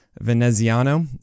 Veneziano